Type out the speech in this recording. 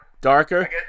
Darker